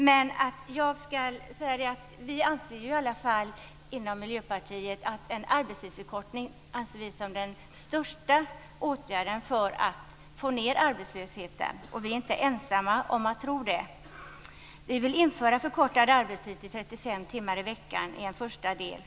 Men vi inom Miljöpartiet anser att arbetstidsförkortning är den största åtgärden för att få ned arbetslösheten. Och vi är inte ensamma om att tro det. Vi vill införa förkortad arbetstid på 35 timmar i veckan i en första del.